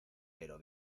pero